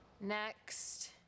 next